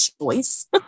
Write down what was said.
choice